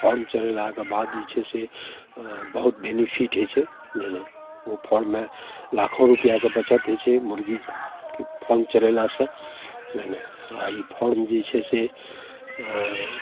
form चलेलाके बाद जे छै से अँ बहुत बेनिफिट होइ छै नहि नहि ओ फारममे लाखो रुपैआके बचत होइ छै मुरगीके फारम चलेलासे नि नहि आओर ई फारम जे छै से आओर